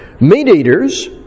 Meat-eaters